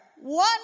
one